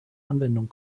anwendung